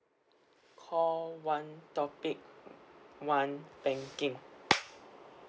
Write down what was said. call one topic one banking